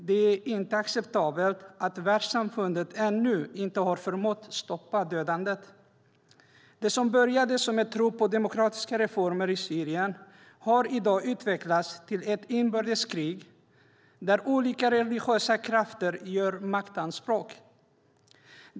Det är inte acceptabelt att världssamfundet ännu inte har förmått stoppa dödandet. Det som började som ett rop på demokratiska reformer i Syrien har i dag utvecklats till ett inbördeskrig där olika religiösa krafter gör maktanspråk.